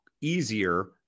easier